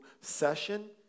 session